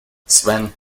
swann